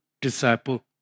disciple